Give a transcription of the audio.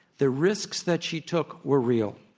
the risks that she took were real.